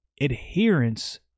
adherence